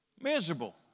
miserable